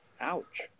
Ouch